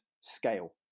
scale